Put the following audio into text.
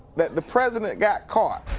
the the president got caught.